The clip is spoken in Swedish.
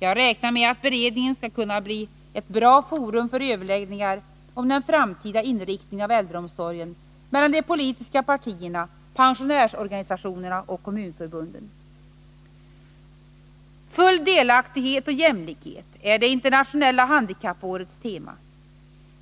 Jag räknar med att beredningen skall kunna bli ett bra forum för överläggningar om den framtida inriktningen av äldreomsorgen mellan de politiska partierna, pensionärsorganisationerna och kommunförbunden. Full delaktighet och jämlikhet är det internationella handikappårets tema.